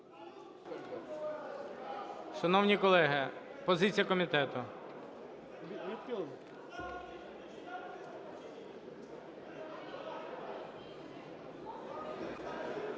Шановні колеги, позиція комітету.